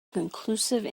conclusive